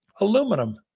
aluminum